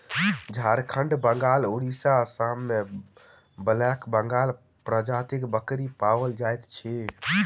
झारखंड, बंगाल, उड़िसा, आसाम मे ब्लैक बंगाल प्रजातिक बकरी पाओल जाइत अछि